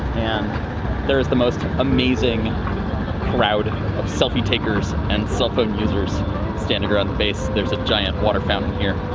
and there is the most amazing crowd of selfie takers and cell phone users standing around the base. there's a giant water fountain here.